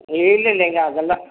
இல்லை இல்லைங்க அதெலாம்